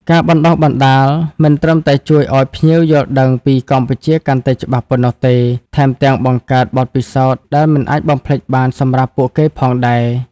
ការបណ្តុះបណ្តាល មិនត្រឹមតែជួយឱ្យភ្ញៀវយល់ដឹងពីកម្ពុជាកាន់តែច្បាស់ប៉ុណ្ណោះទេ ថែមទាំងបង្កើតបទពិសោធន៍ដែលមិនអាចបំភ្លេចបានសម្រាប់ពួកគេផងដែរ។